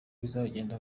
bizagenda